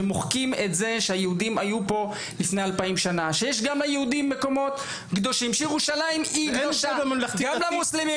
שמוחקים את היסטוריית העם היהודים את קדושת ירושלים לכלל הדתות.